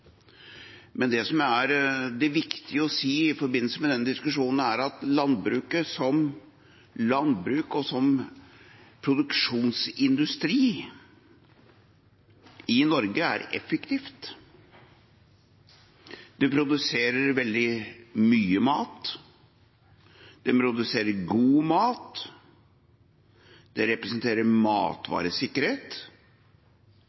Men det som er viktig å si i forbindelse med den diskusjonen, er at landbruket som landbruk og som produksjonsindustri i Norge er effektivt. Det produserer veldig mye mat. Det produserer god mat. Det representerer